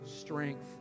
strength